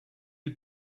you